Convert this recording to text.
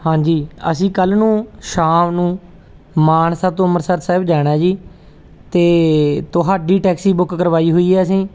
ਹਾਂਜੀ ਅਸੀਂ ਕੱਲ੍ਹ ਨੂੰ ਸ਼ਾਮ ਨੂੰ ਮਾਨਸਾ ਤੋਂ ਅੰਮ੍ਰਿਤਸਰ ਸਾਹਿਬ ਜਾਣਾ ਜੀ ਅਤੇ ਤੁਹਾਡੀ ਟੈਕਸੀ ਬੁੱਕ ਕਰਵਾਈ ਹੋਈ ਹੈ ਅਸੀਂ